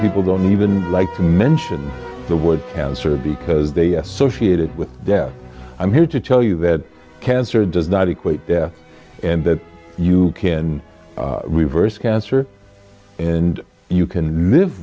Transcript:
people don't even like to mention the word cancer because they associated with death i'm here to tell you that cancer does not equate death and that you can reverse cancer and you can